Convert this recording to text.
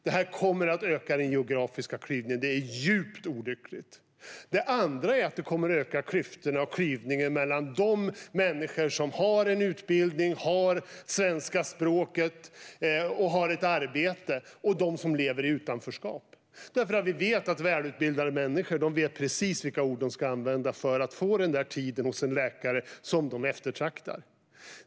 Detta kommer att öka den geografiska klyvningen, vilket är djupt olyckligt. För det andra kommer det att öka klyftorna och klyvningen mellan de människor som har en utbildning, har svenska språket och har ett arbete och dem som lever i utanförskap. Vi vet att välutbildade människor vet precis vilka ord de ska använda för att få den där tiden hos en läkare som de eftertraktar.